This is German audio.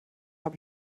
habe